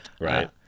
Right